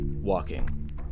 walking